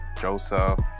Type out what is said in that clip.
Joseph